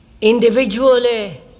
individually